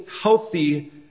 healthy